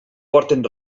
porten